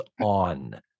on